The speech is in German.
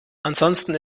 ansonsten